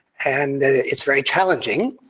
and it's very challenging.